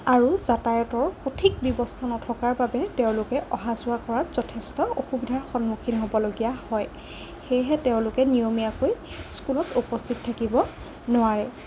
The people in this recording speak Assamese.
আৰু যাতায়তৰ সঠিক ব্যৱস্থা নথকাৰ বাবে তেওঁলোকে অহা যোৱা কৰাত যথেষ্ট অসুবিধাৰ সন্মুখীন হ'বলগীয়া হয় সেয়েহে তেওঁলোকে নিয়মীয়াকৈ স্কুলত উপস্থিত থাকিব নোৱাৰে